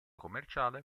commerciale